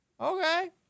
okay